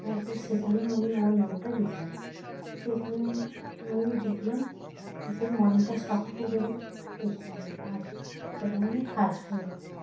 তারপর সেখানে আমি আমার নামটা লিখালাম সেখানে আমি দেখলাম যে মনটা শক্ত করে দেখি না আমি পারবো সেখানে আমি হায়েস্ট হয়ে গেলাম